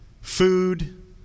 food